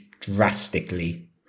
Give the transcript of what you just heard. drastically